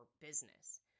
business